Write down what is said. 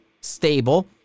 stable